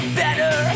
better